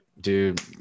Dude